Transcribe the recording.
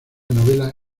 novela